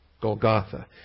Golgotha